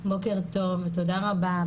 בוקר טוב ותודה רבה.